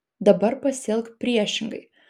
dabar pasielk priešingai